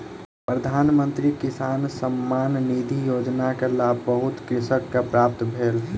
प्रधान मंत्री किसान सम्मान निधि योजना के लाभ बहुत कृषक के प्राप्त भेल